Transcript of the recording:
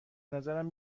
نظرم